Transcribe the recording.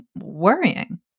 worrying